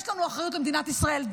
יש לנו אחריות למדינת ישראל.